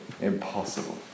impossible